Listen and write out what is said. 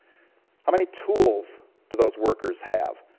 how many tools do those workers have?